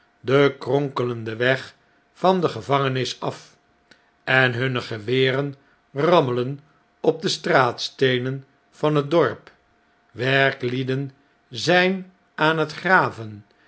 den kronkelenden weg van de gevangenis af en hunne geweren rammelen op de straatsteenen van het dorp werklieden zjjn aan het graven